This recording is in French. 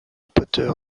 potter